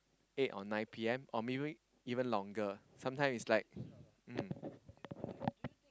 eight or nine P_M or maybe even longer sometimes is like mm